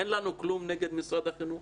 אין לנו כלום נגד משרד החינוך.